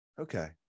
Okay